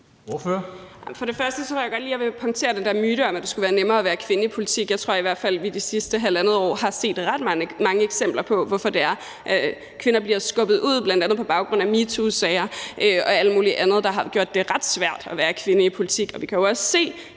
(SF): Først tror jeg godt jeg lige vil punktere den der myte om, at det skulle være nemmere at være kvinde i politik. Jeg tror i hvert fald, vi i det sidste halvandet år har set ret mange eksempler på, hvorfor det er, kvinder bliver skubbet ud, bl.a på baggrund af metoo-sager og alt muligt andet, der har gjort det ret svært at være kvinde i politik. Og vi kan jo også se,